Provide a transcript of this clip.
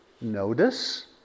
notice